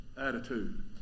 attitude